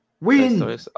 Win